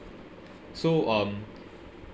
so um